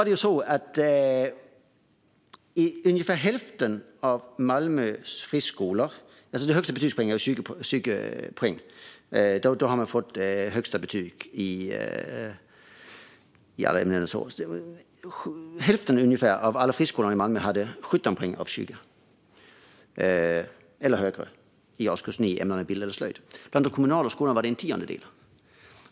Det högsta betygspoäng som går att få är ju 20 poäng. Då har man fått högsta betyg i alla ämnen. Hälften av alla friskolor i Malmö hade 17 poäng eller mer av 20 i årskurs 9 i musik, bild och slöjd. Bland de kommunala skolorna var det en tiondel.